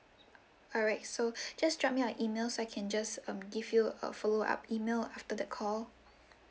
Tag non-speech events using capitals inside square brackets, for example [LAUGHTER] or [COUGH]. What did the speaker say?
alright so [BREATH] just drop me your email so I can just um give you a follow up email after the call